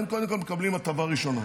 הם קודם כול מקבלים הטבה ראשונה,